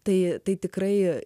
tai tai tikrai